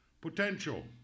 potential